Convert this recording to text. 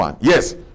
yes